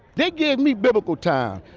they gave me biblical time.